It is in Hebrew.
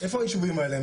איפה הישובים האלה?